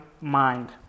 mind